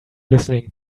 listening